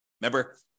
Remember